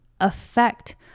affect